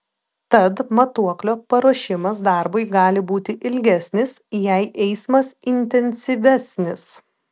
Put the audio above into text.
tad matuoklio paruošimas darbui gali būti ilgesnis jei eismas intensyvesnis